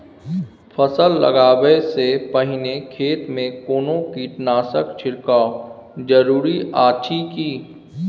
फसल लगबै से पहिने खेत मे कोनो कीटनासक छिरकाव जरूरी अछि की?